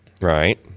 Right